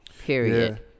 Period